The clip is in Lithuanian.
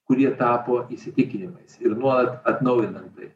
kurie tapo įsitikinimais ir nuolat atnaujinanti